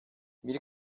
bir